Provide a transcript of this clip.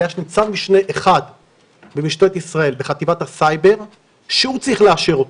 אלא יש ניצב משנה אחד במשטרת ישראל בחטיבת הסייבר שהוא צריך לאשר אותו.